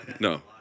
no